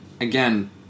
again